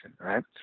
right